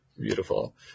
beautiful